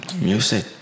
Music